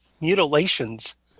Mutilations